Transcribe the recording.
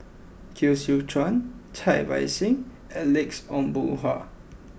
Koh Seow Chuan Cai Bixia and Alex Ong Boon Hau